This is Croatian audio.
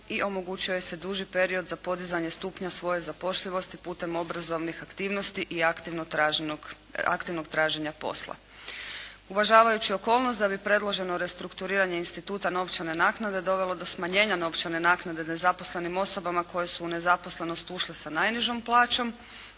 i omogućuje se duži period za podizanje stupnja svoje zapošljivosti putem obrazovnih aktivnosti i aktivnog traženja posla. Uvažavajući okolnost da bi predloženo restrukturiranje instituta novčane naknade dovelo do smanjenja novčane naknade nezaposlenim osobama koje su u nezaposlenost ušli sa najnižom plaćom,